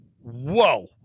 whoa